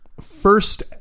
first